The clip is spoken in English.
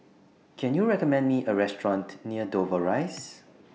Can YOU recommend Me A Restaurant near Dover Rise